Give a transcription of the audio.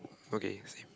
okay same